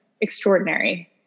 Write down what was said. extraordinary